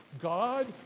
God